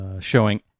showing